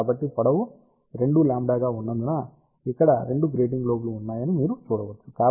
కాబట్టి పొడవు 2λ గా ఉన్నందున ఇక్కడ 2 గ్రేటింగ్ లోబ్లు ఉన్నాయని మీరు చూడవచ్చు